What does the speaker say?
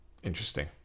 Interesting